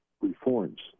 reforms